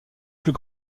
plus